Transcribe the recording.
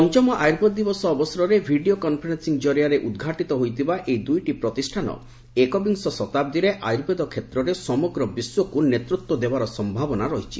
ପଞ୍ଚମ ଆୟୁର୍ବେଦ ଦିବସ ଅବସରରେ ଭିଡ଼ିଓ କନ୍ଫରେନ୍ସିଂ କରିଆରେ ଉଦ୍ଘାଟିତ ହୋଇଥିବା ଏହି ଦୁଇଟି ପ୍ରତିଷ୍ଠାନ ଏକବିଂଶ ଶତାବ୍ଦୀରେ ଆୟୁର୍ବେଦ କ୍ଷେତ୍ରରେ ସମଗ୍ର ବିଶ୍ୱକୁ ନେତୃତ୍ୱ ଦେବାର ସମ୍ଭାବନା ରହିଛି